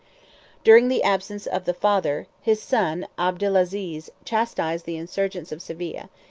during the absence of the father, his son abdelaziz chastised the insurgents of seville,